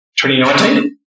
2019